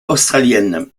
australiennes